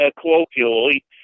colloquially